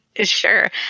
Sure